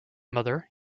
mother